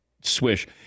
swish